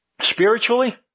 Spiritually